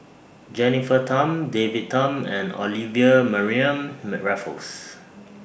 Jennifer Tham David Tham and Olivia Mariamne Raffles